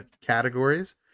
categories